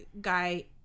guy